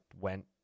went